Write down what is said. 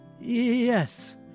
Yes